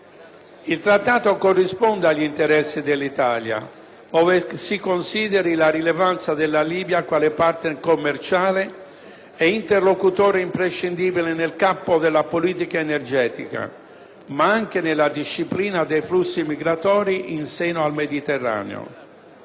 Il Trattato corrisponde agli interessi dell'Italia, ove si consideri la rilevanza della Libia quale *partner* commerciale e interlocutore imprescindibile nel campo della politica energetica, ma anche della disciplina dei flussi migratori in seno al Mediterraneo.